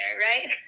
right